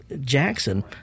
Jackson